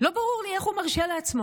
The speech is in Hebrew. לא ברור לי איך הוא מרשה לעצמו.